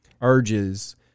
urges